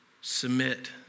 submit